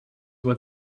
were